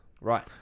Right